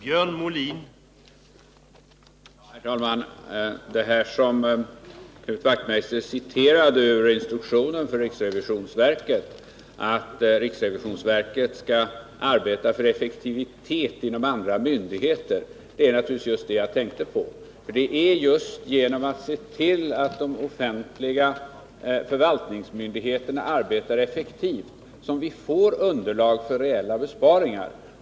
Herr talman! Det Knut Wachtmeister citerade ur instruktionen för riksrevisionsverket, att riksrevisionsverket skall arbeta för effektivitet inom andra myndigheter, är naturligtvis just det jag tänkte på. Det är just genom att se till att de offentliga förvaltningsmyndigheterna arbetar effektivt som vi får underlag för reella besparingar.